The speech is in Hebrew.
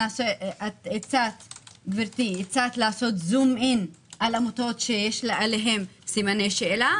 הצעת לעשות זום אין על עמותות שיש עליהן סימני שאלה,